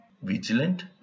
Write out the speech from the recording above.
Vigilant